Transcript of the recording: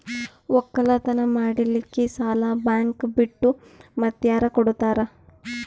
ಒಕ್ಕಲತನ ಮಾಡಲಿಕ್ಕಿ ಸಾಲಾ ಬ್ಯಾಂಕ ಬಿಟ್ಟ ಮಾತ್ಯಾರ ಕೊಡತಾರ?